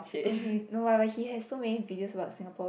okay no but but he has so many videos about Singapore